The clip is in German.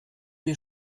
wir